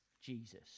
Jesus